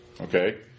Okay